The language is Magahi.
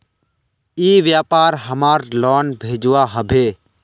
ई व्यापार हमार लोन भेजुआ हभे?